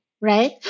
right